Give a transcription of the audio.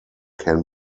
can